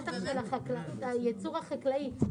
שימו לב, אני לא קוראת לזה זיוף או לא.